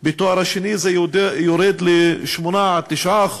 בתואר השני זה יורד ל-8% 9%,